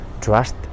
trust